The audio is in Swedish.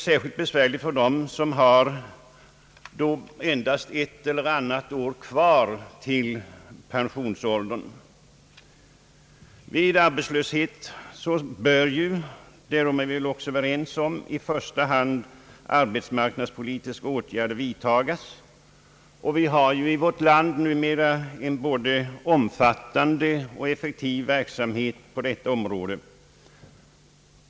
Särskilt besvärligt blir det för dem som har endast ett eller annat år kvar till pensionsåldern. Vid all arbetslöshet bör i första hand — det är vi väl alla överens om — arbetsmarknadspolitiska åtgärder vidtagas. Vi har också i vårt land numera en både omfattande och effektiv verksamhet på detta område.